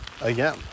again